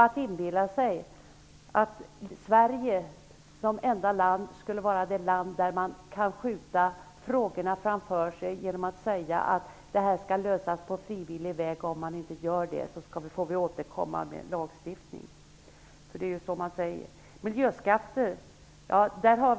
Sverige torde vara det enda land där man inbillar sig att man kan skjuta frågorna framför sig genom att säga att de skall lösas på frivillig väg, och om det inte sker får vi återkomma med lagstiftning. Det är ju så man säger.